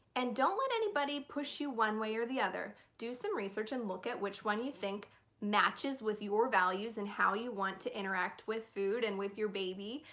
and don't let anybody push you one way or the other. do some research and look at which one you think matches with your values and how you want to interact with food and with your baby.